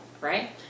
right